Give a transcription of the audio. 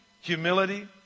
Humility